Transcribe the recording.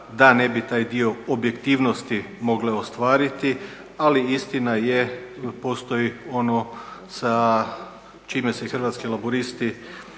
da ne bi taj dio objektivnosti mogle ostvariti, ali istina je, postoji ono sa čime se Hrvatski laburisti